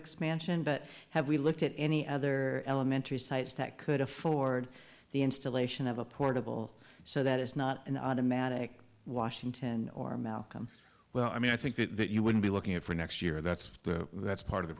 expansion but have we looked at any other elementary sites that could afford the installation of a portable so that it's not an automatic washington or malcolm well i mean i think that you would be looking at for next year that's that's part of the